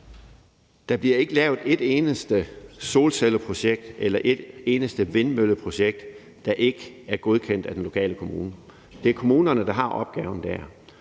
Der bliver ikke lavet et eneste solcelleprojekt eller vindmølleprojekt, der ikke er godkendt af den lokale kommune. Det er kommunerne, der har opgaven der,